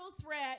threat